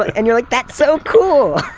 and you're like, that's so cool.